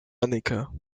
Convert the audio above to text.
annika